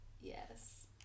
yes